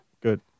good